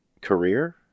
career